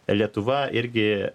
lietuva irgi